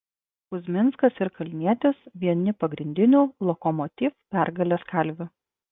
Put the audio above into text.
kuzminskas ir kalnietis vieni pagrindinių lokomotiv pergalės kalvių